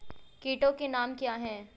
कीटों के नाम क्या हैं?